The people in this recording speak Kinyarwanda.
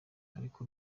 ariko